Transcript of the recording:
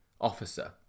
officer